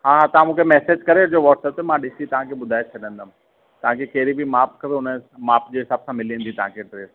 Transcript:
हा हा तां मुखे मैसेज करे जो वॉट्सप ते मां तव्हांखे ॾिसी तव्हांखे ॿुधाए छॾंदमि तव्हांखे कहिड़ी बी माप खपे हुन माप जे हिसाब सां मिली वेंदी तव्हांखे ड्रेस